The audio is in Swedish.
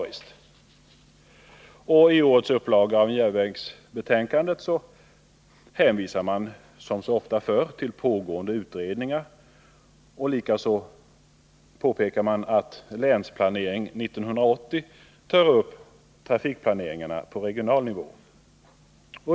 IT årets upplaga av järnvägsbetänkandet hänvisas till pågående utredningar och att man i pågående Länsplanering 80 tar upp trafikplanering på regional nivå.